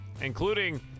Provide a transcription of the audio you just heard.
including